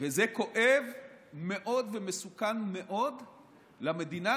וזה כואב מאוד ומסוכן מאוד למדינה,